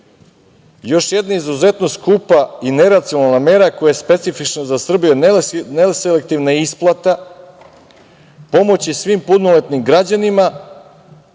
Još jedna izuzetno skupa i neracionalna mera koje je specifična za Srbiju, jer neselektivna je isplata pomoći svim punoletnim građanima